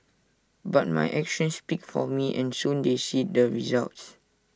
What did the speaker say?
but my actions speak for me and soon they see the results